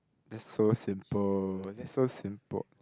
that's so simple that's so simple